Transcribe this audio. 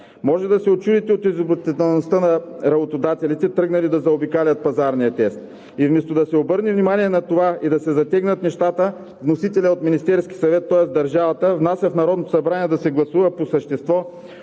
Може да се учудите на изобретателността на работодателите, тръгнали да заобикалят пазарния тест. Вместо да се обърне внимание на това да се затегнат нещата, вносителят от Министерския съвет, тоест държавата, внася в Народното събрание да се гласува по същество